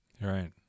Right